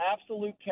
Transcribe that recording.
absolute